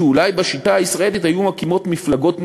שאולי בשיטה הישראלית היו מקימות מפלגות ננס,